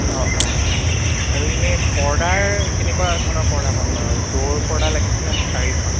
অ' অ' অ' আৰু এনে পৰ্দাৰ কেনেকুৱা ধৰণৰ পৰ্দা পাম বাৰু দ'ৰ পৰ্দা লাগিছিলে মোক চাৰিখন